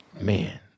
Man